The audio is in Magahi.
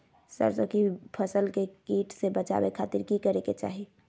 सरसों की फसल के कीट से बचावे खातिर की करे के चाही?